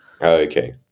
Okay